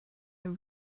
are